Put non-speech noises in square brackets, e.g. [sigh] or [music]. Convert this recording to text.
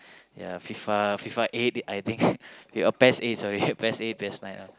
ya FIFA FIFA eight I think [breath] uh P_S eight sorry [breath] P_S eight P_S nine lah